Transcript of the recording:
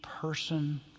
person